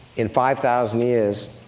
in five thousand years,